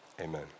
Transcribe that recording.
amen